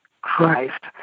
Christ